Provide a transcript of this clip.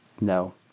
no